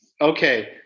Okay